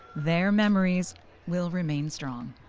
their memories will remain strong.